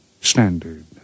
standard